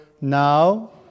now